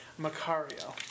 Macario